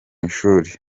ishuri